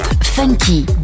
Funky